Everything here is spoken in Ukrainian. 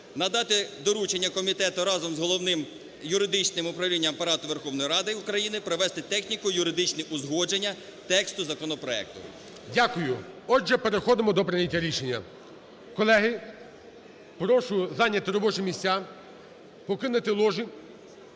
Надати доручення комітету разом з Головним юридичним управлінням Апарату Верховної Ради України провести техніко-юридичні узгодження тексту законопроекту. ГОЛОВУЮЧИЙ. Дякую. Отже, переходимо до прийняття рішення. Колеги, прошу зайняти робочі місця, покинути ложі